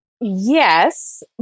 Yes